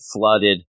flooded